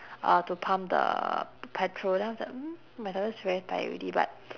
uh to pump the petrol then after that mm my daughter is already very tired already but